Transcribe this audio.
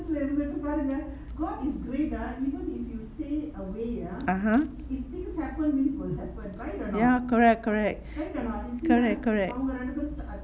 (uh huh) ya correct correct correct correct